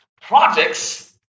Projects